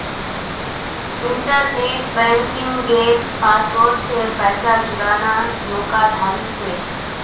internet बन्किंगेर password से पैसा चुराना धोकाधाड़ी छे